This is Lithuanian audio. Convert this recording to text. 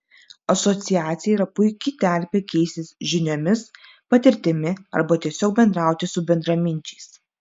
asociacija yra puiki terpė keistis žiniomis patirtimi arba tiesiog bendrauti su bendraminčiais